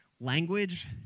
language